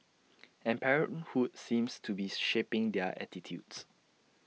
and parenthood seems to be shaping their attitudes